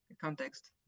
context